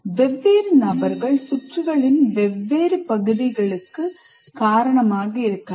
வெவ்வேறு நபர்கள் சுற்றுகளின் வெவ்வேறு பகுதிகளுக்கு காரணமாக இருக்கலாம்